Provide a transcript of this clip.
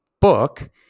book